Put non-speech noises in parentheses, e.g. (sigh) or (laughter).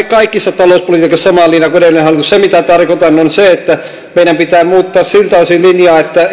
(unintelligible) kaikessa talouspolitiikassa samaa linjaa kuin edellinen hallitus se mitä tarkoitan on se että meidän pitää muuttaa siltä osin linjaa että (unintelligible)